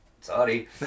sorry